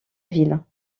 ville